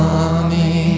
Mommy